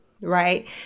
right